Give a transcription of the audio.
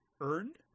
earned